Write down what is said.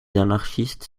anarchistes